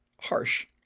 harsh